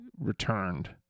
returned